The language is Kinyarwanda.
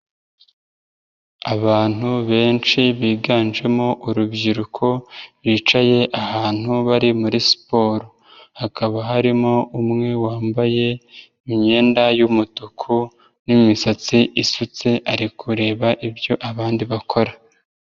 Abantu benshi biganjemo urubyiruko rwicaye ahantu bari muri siporo, hakaba harimo umwe wambaye imyenda y'umutuku n'imisatsi isutse ari kureba ibyo abandi bakora.